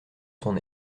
son